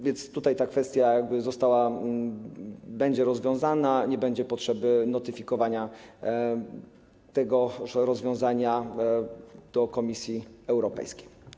Więc tutaj ta kwestia została, będzie rozwiązana, nie będzie potrzeby notyfikowania tegoż rozwiązania przez Komisję Europejską.